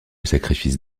sacrifice